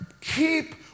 Keep